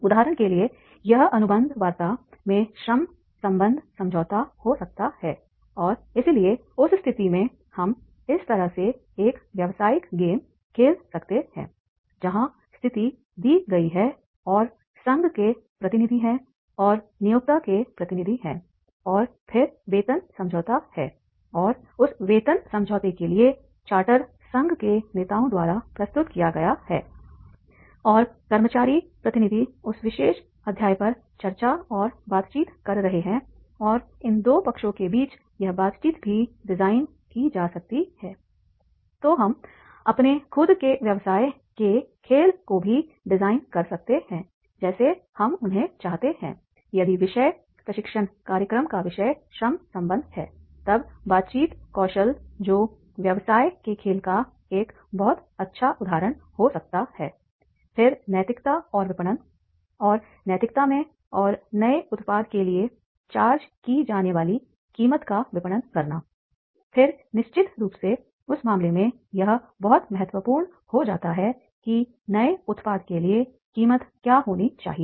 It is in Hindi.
उदाहरण के लिए यह अनुबंध वार्ता में श्रम संबंध समझौता हो सकता है और इसलिए उस स्थिति में हम इस तरह से एक व्यावसायिक गेम खेल सकते हैं जहां स्थिति दी गई है और संघ के प्रतिनिधि हैं और नियोक्ता के प्रतिनिधि हैं और फिर वेतन समझौता है और उस वेतन समझौते के लिए चार्टर संघ के नेताओं द्वारा प्रस्तुत किया गया है और कर्मचारी प्रतिनिधि उस विशेष अध्याय पर चर्चा और बातचीत कर रहे हैं और इन 2 पक्षों के बीच यह बातचीत भी डिज़ाइन की जा सकती है तो हम अपने खुद के व्यवसाय के खेल को भी डिजाइन कर सकते हैं जैसे हम उन्हें चाहते हैं यदि विषय प्रशिक्षण कार्यक्रम का विषय श्रम संबंध हैतब बातचीत कौशल जो व्यवसाय के खेल का एक बहुत अच्छा उदाहरण हो सकता हैफिर नैतिकता और विपणन और नैतिकता में और नए उत्पाद के लिए चार्ज की जाने वाली कीमत का विपणन करना फिर निश्चित रूप से उस मामले में यह बहुत महत्वपूर्ण हो जाता है कि नए उत्पाद के लिए कीमत क्या होनी चाहिए